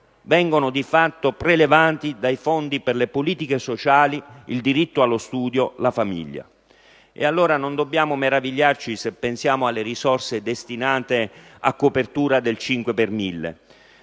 Vengono di fatto prelevati dai fondi per le politiche sociali, il diritto allo studio, la famiglia. E allora non dobbiamo meravigliarci se pensiamo alle risorse destinate a copertura del 5 per mille.